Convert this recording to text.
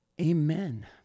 Amen